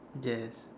yes